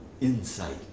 insight